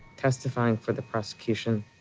testifying for the prosecution.